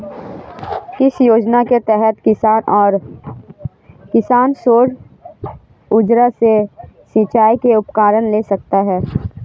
किस योजना के तहत किसान सौर ऊर्जा से सिंचाई के उपकरण ले सकता है?